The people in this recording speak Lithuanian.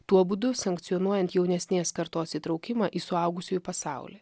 tuo būdu sankcionuojant jaunesnės kartos įtraukimą į suaugusiųjų pasaulį